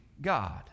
God